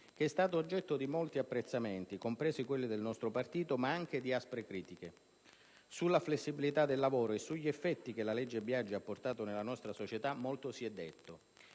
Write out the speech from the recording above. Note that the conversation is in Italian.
che è stata oggetto di molti apprezzamenti, compresi quelli del nostro partito, ma anche di aspre critiche. Sulla flessibilità del lavoro e sugli effetti che la «legge Biagi» ha portato nella nostra società, molto si è detto.